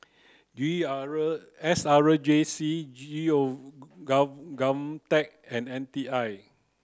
S R J C G O and N T I